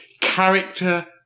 character